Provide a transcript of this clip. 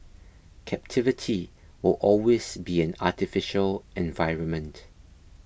captivity will always be an artificial environment